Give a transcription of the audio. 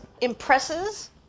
impresses